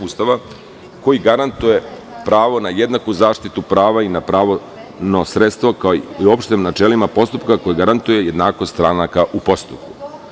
Ustava, koji garantuje pravo na jednaku zaštitu prava i na pravno sredstvo, kao i uopšte načelima postupka koje garantuje jednakost stranaka u postupku.